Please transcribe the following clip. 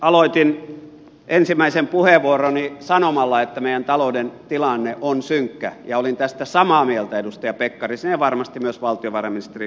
aloitin ensimmäisen puheenvuoroni sanomalla että meidän talouden tilanne on synkkä ja olin tästä samaa mieltä edustaja pekkarisen ja varmasti myös valtiovarainministeri urpilaisen kanssa